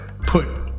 put